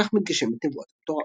ובכך מתגשמת נבואת המטורף.